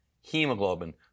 hemoglobin